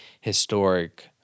historic